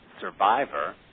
Survivor